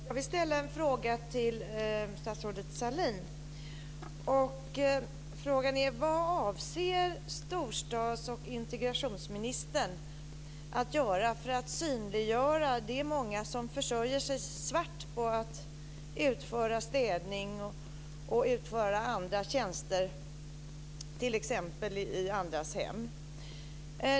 Fru talman! Jag vill ställa en fråga till statsrådet Mona Sahlin. Vad avser storstads och integrationsministern att göra för att synliggöra de många som försörjer sig "svart" för att utföra städning och andra tjänster t.ex. i andras hem?